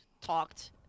talked